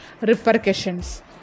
repercussions